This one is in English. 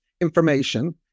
information